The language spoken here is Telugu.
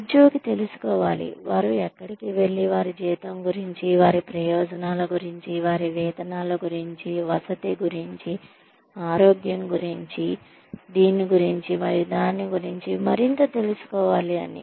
ఉద్యోగి తెలుసుకోవాలి వారు ఎక్కడికి వెళ్లి వారి జీతం గురించి వారి ప్రయోజనాల గురించి వారి వేతనాల గురించి వసతి గురించి ఆరోగ్యం గురించి దీని గురించి మరియు దాని గురించి మరింత తెలుసుకోవాలి అని